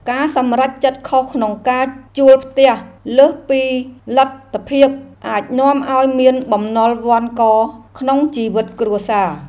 ការសម្រេចចិត្តខុសក្នុងការជួលផ្ទះលើសពីលទ្ធភាពអាចនាំឱ្យមានបំណុលវណ្ឌកក្នុងជីវិតគ្រួសារ។